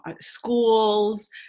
schools